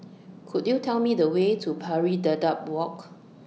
Could YOU Tell Me The Way to Pari Dedap Walk